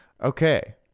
Okay